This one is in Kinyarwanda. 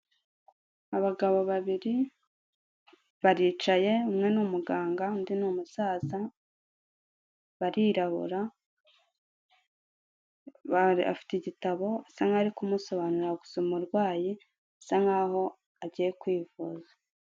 Abagabo babiri baricaye umwe ni umuganga undi ni umusaza barirabura, afite igitabo asa nk'aho ari kumusobanurira gusa umurwayi bisa nk'aho yagiye kwivuza.